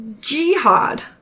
Jihad